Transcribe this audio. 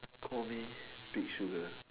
call me big sugar